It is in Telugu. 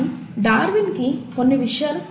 కానీ డార్విన్కు కొన్ని విషయాలు తెలియదు